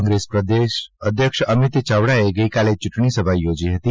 કોંગ્રેસ પ્રદેશ અધ્યક્ષ અમિત ચાવડાએ ગઇકાલે ચૂંટણી સભા યોજી હતી